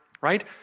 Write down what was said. right